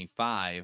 25